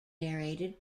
narrated